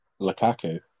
Lukaku